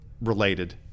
related